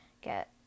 get